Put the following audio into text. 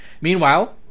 Meanwhile